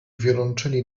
wiolonczeli